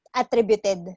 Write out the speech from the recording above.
attributed